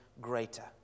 Greater